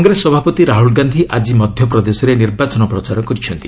କଂଗ୍ରେସ ସଭାପତି ରାହ୍ରଲ ଗାନ୍ଧି ଆଜି ମଧ୍ୟପ୍ରଦେଶରେ ନିର୍ବାଚନ ପ୍ରଚାର କରିଛନ୍ତି